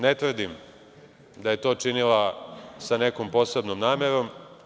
Ne tvrdim da je to činila sa nekom posebnom namerom.